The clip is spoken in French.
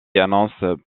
annonce